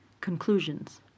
Conclusions